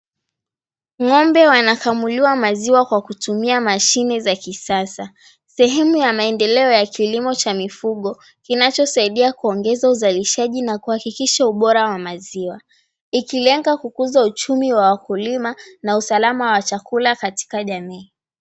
Ng'ombe wanakamuliwa maziwa kwa kutumia mashine za kisasa. Sehemu ya maendeleo ya kilimo cha mifugo kinacho saidia kuongeza uzalishaji na kuhakikisha ubora wa maziwa. Ikilenga kukuza uchumi wa wakulima na usalama wa chakula katika jamii.